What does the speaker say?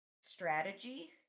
strategy